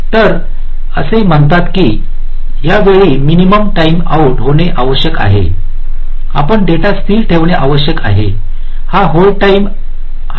तर असे म्हणतात की यावेळी मिनिमम टाईम आऊटहोणे आवश्यक आहे आपण डेटा स्थिर ठेवणे आवश्यक आहे हा होल्ड टाईमआहे